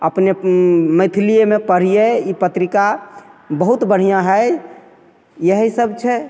अपने मैथिलीये मे पढ़ियै ई पत्रिका बहुत बढ़ियाँ है यही सब छै